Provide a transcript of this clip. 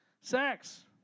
sex